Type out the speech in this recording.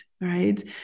right